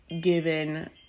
given